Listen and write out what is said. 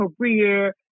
career